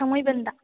ꯊꯥꯡꯃꯩꯕꯟꯗ